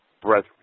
brethren